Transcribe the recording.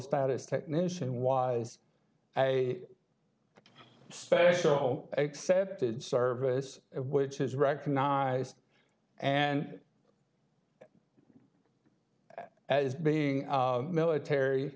status technician wise a special accepted service which is recognized and as being military